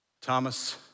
Thomas